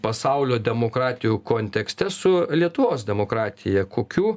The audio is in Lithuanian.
pasaulio demokratijų kontekste su lietuvos demokratija kokių